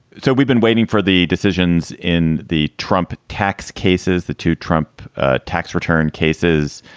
so we've been waiting for the decisions in the trump tax cases, the two trump tax return cases,